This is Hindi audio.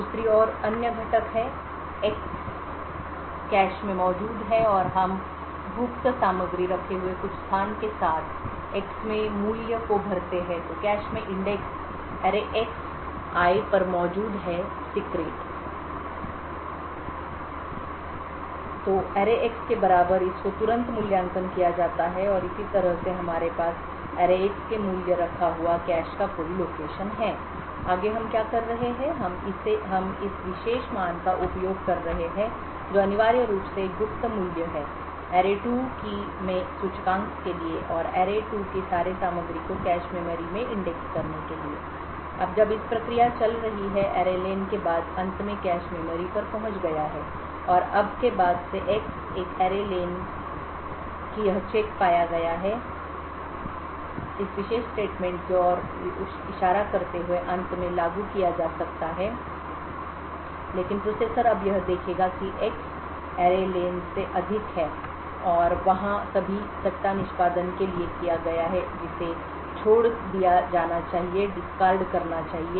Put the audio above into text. दूसरी ओर अन्य घटक हैं एक्स कैश में मौजूद है और हम गुप्त सामग्री रखे हुए कुछ स्थान के साथ X में मूल्य को भरते हैं तो कैश में index array X I arrayx I पर मौजूद है सीक्रेट तो अरे एक्स arrayx के बराबर इसको तुरंत मूल्यांकन किया जाता है और इसी तरह से हमारे पास arrayxके मूल्य रखा हुआ कैश का कोई लोकेशन है आगे हम क्या कर रहे हैं हम इस विशेष मान का उपयोग कर रहे हैं जो अनिवार्य रूप से एक गुप्त मूल्य है array2 की में सूचकांक के लिए और array2 के सारे सामग्री को कैश मेमोरी में इंडेक्स करने के लिए अब जब इस प्रक्रिया चल रही है array len के बाद अंत में कैश मेमोरी पर पहुंच गया है और अब के बाद से X एक array len कि यह चेक पाया गया है इस विशेष स्टेटमेंट की ओर इशारा करते हुए अंत में लागू किया जा सकता है लेकिन प्रोसेसर अब यह देखेगा कि X array len से अधिक है और वहाँ सभी सट्टा निष्पादन के लिए किया गया है जिसे छोड़ दिया जाना चाहिए